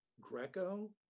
Greco